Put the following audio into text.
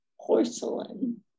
porcelain